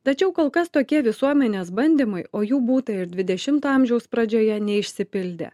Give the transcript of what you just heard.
tačiau kol kas tokie visuomenės bandymai o jų būta ir dvidešimto amžiaus pradžioje neišsipildė